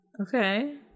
okay